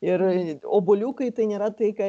ir obuolių kai tai nėra tai ką